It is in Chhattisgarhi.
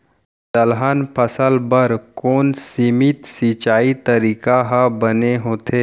दलहन फसल बर कोन सीमित सिंचाई तरीका ह बने होथे?